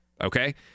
okay